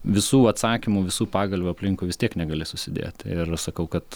visų atsakymų visų pagalvių aplinkui vis tiek negali susidėt ir sakau kad